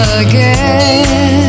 again